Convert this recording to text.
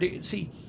See